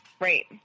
Right